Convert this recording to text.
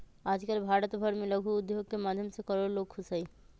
आजकल भारत भर में लघु उद्योग के माध्यम से करोडो लोग खुश हई